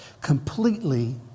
completely